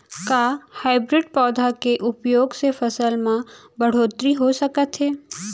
का हाइब्रिड पौधा के उपयोग से फसल म बढ़होत्तरी हो सकत हे?